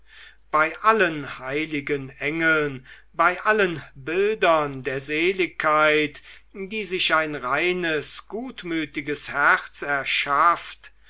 bei allen heiligen engeln bei allen bildern der seligkeit die sich ein reines gutmütiges herz erschafft